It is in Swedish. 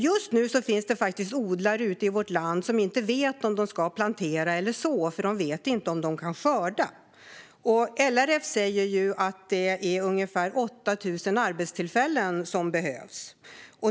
Just nu finns det faktiskt odlare ute i vårt land som inte vet om de ska plantera eller så, för de vet inte om de kan skörda. LRF säger att det handlar om ungefär 8 000 arbetstillfällen.